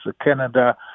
Canada